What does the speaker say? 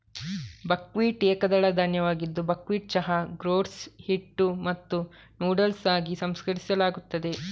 buckwheat ಏಕದಳ ಧಾನ್ಯವಾಗಿದ್ದು buckwheat ಚಹಾ, ಗ್ರೋಟ್ಸ್, ಹಿಟ್ಟು ಮತ್ತು ನೂಡಲ್ಸ್ ಆಗಿ ಸಂಸ್ಕರಿಸಲಾಗುತ್ತದೆ